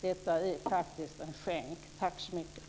Detta är faktiskt en skänk, tack så mycket.